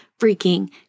freaking